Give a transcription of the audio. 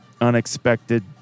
unexpected